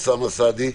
אוסאמה סעדי.